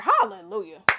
hallelujah